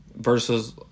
Versus